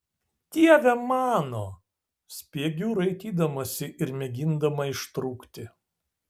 dieve mano spiegiu raitydamasi ir mėgindama ištrūkti